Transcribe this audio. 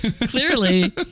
clearly